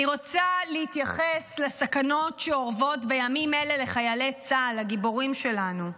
אני רוצה להתייחס לסכנות שאורבות בימים אלה לחיילי צה"ל הגיבורים שלנו.